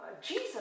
Jesus